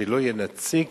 או שלא יהיה נציג